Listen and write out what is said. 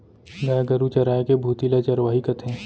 गाय गरू चराय के भुती ल चरवाही कथें